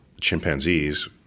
chimpanzees